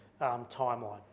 timeline